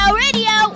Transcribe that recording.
radio